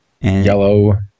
Yellow